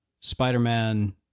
Spider-Man